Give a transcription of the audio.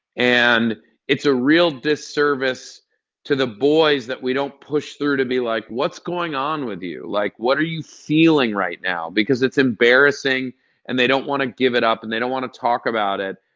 and it's a real disservice to the boys that we don't push through to be like, what's going on with you? like, what are you feeling right now? because it's embarrassing and they don't want to give it up and they don't want to talk about it.